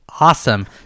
Awesome